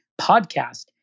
podcast